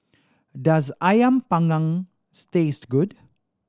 does Ayam Panggang taste good